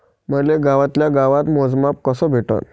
मले गावातल्या गावात मोजमाप कस भेटन?